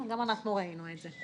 גם אנחנו ראינו את זה,